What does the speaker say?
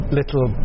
little